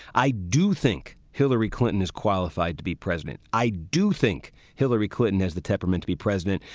i do think hillary clinton is qualified to be president. i do think hillary clinton has the temperament to be president.